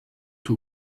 two